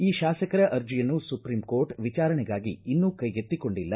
ಈ ಶಾಸಕರ ಅರ್ಜೆಯನ್ನು ಸುಪ್ರೀಂ ಕೋರ್ಟ್ ವಿಜಾರಣೆಗಾಗಿ ಇನ್ನೂ ಕೈಗೆತ್ತಿಕೊಂಡಿಲ್ಲ